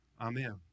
Amen